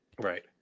Right